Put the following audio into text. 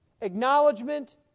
acknowledgement